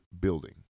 building